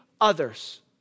others